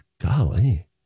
golly